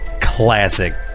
classic